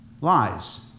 lies